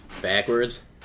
backwards